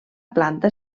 planta